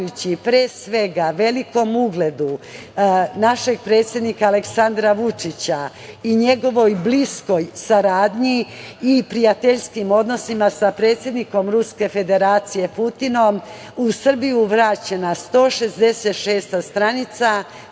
pre svega velikom ugledu našeg predsednika Aleksandra Vučića i njegovoj bliskoj saradnji i prijateljskim odnosima sa predsednikom Ruske Federacije Putinom, u Srbiju vraćena 166. stranica